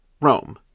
Rome